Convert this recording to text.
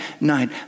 night